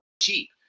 cheap